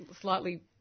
slightly